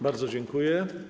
Bardzo dziękuję.